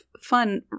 fun